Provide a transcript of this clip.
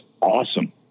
awesome